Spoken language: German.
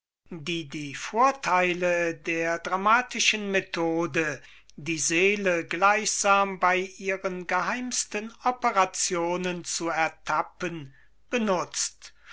die die vortheile der dramatischen methode die seele gleichsam bei ihren geheimsten operationen zu ertappen benutzt